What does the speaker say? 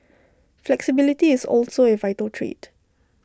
flexibility is also A vital trait